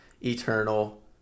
eternal